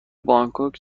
بانکوک